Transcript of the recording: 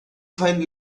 find